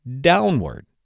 downward